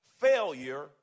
failure